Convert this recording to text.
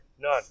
none